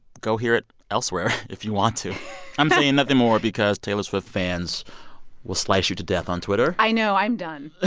go hear it elsewhere if you want to i'm saying nothing more because taylor swift fans will slice you to death on twitter i know. i'm done ah